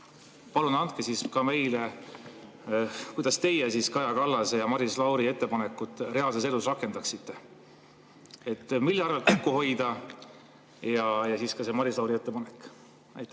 palun andke meile [nõu], kuidas teie Kaja Kallase ja Maris Lauri ettepanekut reaalses elus rakendaksite. Mille arvel kokku hoida? Ja siis ka see Maris Lauri ettepanek. Aitäh